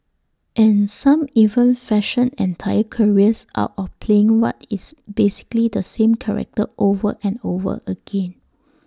and some even fashion entire careers out of playing what is basically the same character over and over again